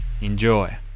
Enjoy